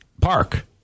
park